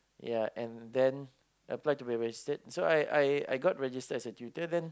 ya and then apply to be megistrate so I I I got registered as a tutor then